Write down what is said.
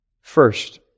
First